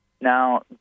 Now